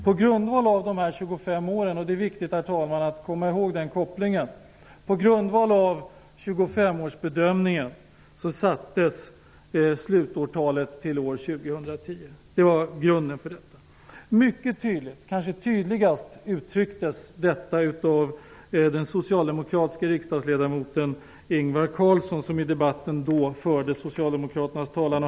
På grund av bedömningen om de 25 åren -- och det är viktigt, herr talman, att komma ihåg den kopplingen -- sattes slutårtalet till 2010. Mycket tydligt, kanske tydligast, uttrycktes detta av den socialdemokratiska riksdagsledamoten Socialdemokraternas talan.